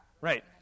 Right